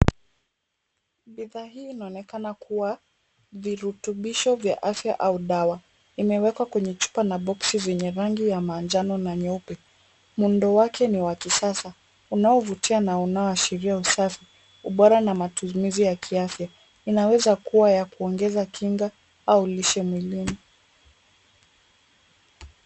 Bidhaa hii inaonekana kuwa virutubisho vya afya au dawa. Imewekwa kwenye chupa na boksi zenye rangi ya manjano na nyeupe. Muundo wake ni wa kisasa unaovutia na unaoashiria usafi, ubora na matumizi ya kiafya. Inaweza kuwa ya kuongea kinga au lishe mwilini.